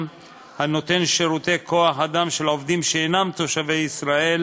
הנותן שירותי כוח-אדם של עובדים שאינם תושבי ישראל,